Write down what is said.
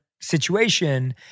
situation